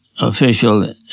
official